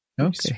Okay